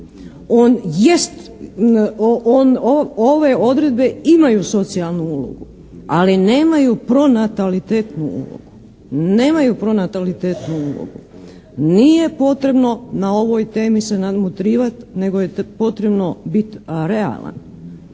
ali nemaju pronatalitetnu ulogu. Nemaju pronatalitetnu ulogu. Nije potrebno na ovoj temi se nadmudrivati nego je potrebno biti realan.